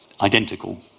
identical